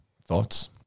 Thoughts